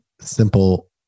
simple